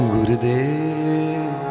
Gurudev